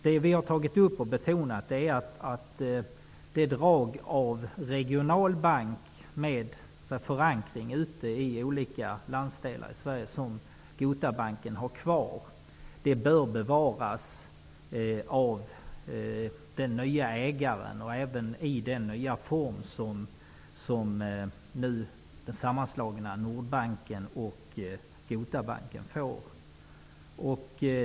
Det vi har tagit upp och betonat är att det drag av regional bank med förankring ute i olika landsdelar i Sverige som Götabanken har kvar bör bevaras av den nye ägaren och även i den nya form som den sammanslagna Nordbanken och Götabanken får.